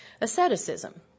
Asceticism